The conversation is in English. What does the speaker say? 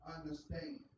understand